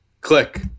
click